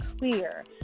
clear